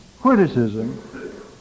criticism